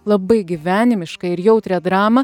labai gyvenimišką ir jautrią dramą